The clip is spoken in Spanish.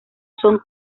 son